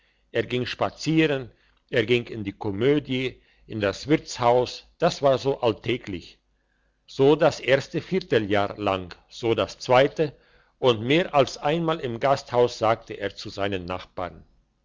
er ging spazieren er ging in die komödie in das wirtshaus das war so alltäglich so das erste vierteljahr lang so das zweite und mehr als einmal im gasthaus sagte er zu seinen nachbarn